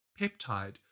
peptide